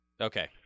Okay